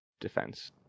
defense